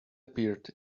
appeared